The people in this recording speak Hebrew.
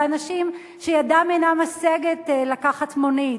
לאנשים שידם אינה משגת לקחת מונית,